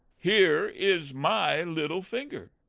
here is my little finger,